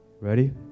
ready